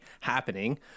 happening